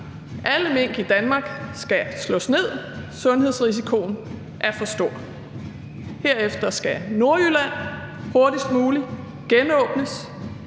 Alle mink i Danmark skal slås ned. Sundhedsrisikoen er for stor. Herefter skal Nordjylland hurtigst muligt genåbnes.